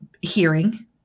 hearing